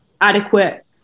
adequate